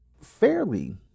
fairly